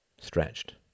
stretched